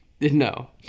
no